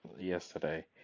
yesterday